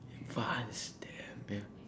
advanced damn damn